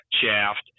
shaft